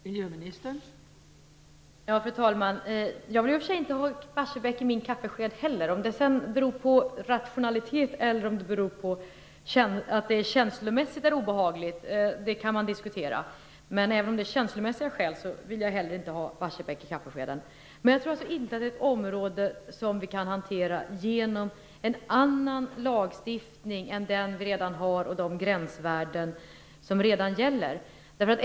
Fru talman! Jag vill i och för sig inte heller ha Barsebäck i min kaffesked. Om det sedan beror på rationalitet eller på att det känslomässigt är obehagligt kan man diskutera. Men även om det är känslomässiga skäl, vill inte jag heller ha Barsebäck i kaffeskeden. Jag tror inte att det här är ett område som vi kan hantera genom en annan lagstiftning än den vi redan har och andra gränsvärden än de som redan gäller.